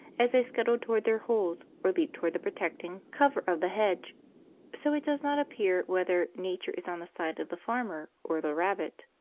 as they scuttled toward their holes or leaped toward the protecting cover of the hedge so it does not appear whether nature is on the side of the farmer or the rabbit.